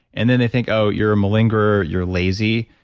and then they think, oh, you're a malingerer. you're lazy.